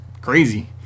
crazy